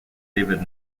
david